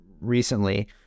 recently